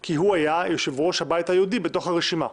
כי הוא היה יושב-ראש הבית היהודי בתוך הרשימה,